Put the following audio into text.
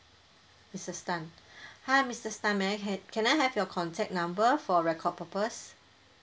missus tan hi missus tan may I have can I have your contact number for record purpose